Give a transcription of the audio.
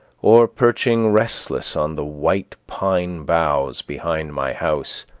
or perching restless on the white pine boughs behind my house,